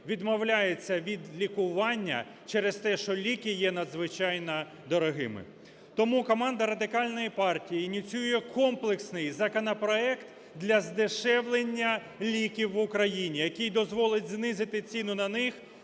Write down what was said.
відмовляється від лікування через те, що ліки є надзвичайно дорогими. Тому команда Радикальної партії ініціює комплексний законопроект для здешевлення ліків в Україні, який дозволить знизити ціни на них